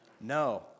No